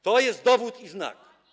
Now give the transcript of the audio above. To jest dowód i znak.